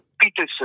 Peterson